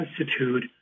Institute—